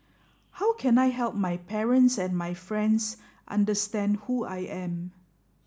how can I help my parents and my friends understand who I am